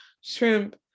shrimp